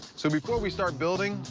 so before we start building,